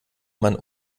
man